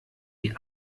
die